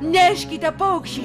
neškite paukščiai